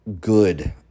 good